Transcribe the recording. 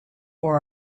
for